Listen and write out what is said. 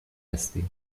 هستی